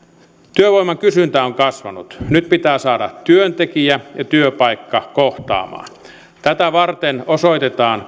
työvoiman kysyntä on kasvanut nyt pitää saada työntekijä ja työpaikka kohtaamaan tätä varten osoitetaan